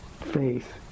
faith